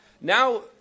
now